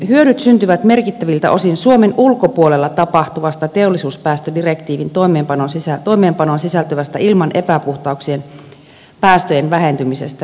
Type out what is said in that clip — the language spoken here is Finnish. hyödyt syntyvät merkittäviltä osin suomen ulkopuolel la tapahtuvasta teollisuuspäästödirektiivin toimeenpanoon sisältyvästä ilman epäpuhtauksien päästöjen vähentymisestä